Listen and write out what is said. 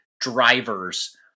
drivers